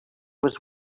was